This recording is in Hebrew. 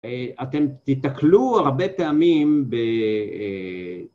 אתם תיתקלו הרבה פעמים